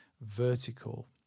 vertical